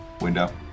window